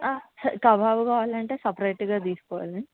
kebab కావాలి అంటే సపరేట్గా తీసుకోవాలి